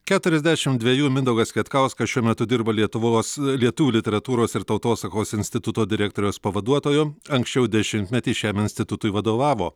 keturiasdešim dvejų mindaugas kvietkauskas šiuo metu dirba lietuvos lietuvių literatūros ir tautosakos instituto direktoriaus pavaduotoju anksčiau dešimtmetį šiam institutui vadovavo